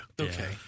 Okay